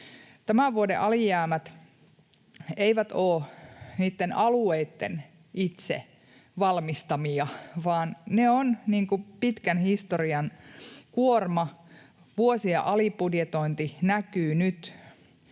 Tämän vuoden alijäämät eivät ole alueitten itse valmistamia, vaan ne ovat pitkän historian kuorma. Vuosien alibudjetointi näkyy nyt.